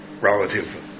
relative